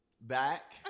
back